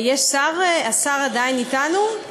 יש שר, השר עדיין אתנו?